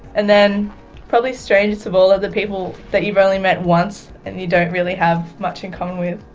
and then probably strangest of all are the people that you've only met once and you don't really have much in common with,